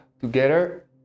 together